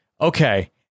Okay